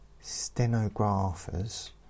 Stenographers